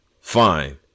Fine